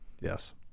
yes